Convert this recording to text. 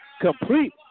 complete